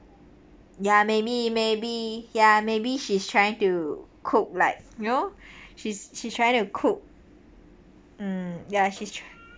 ya maybe maybe ya maybe she's trying to cook like you know she's she's trying to cook mm ya she's try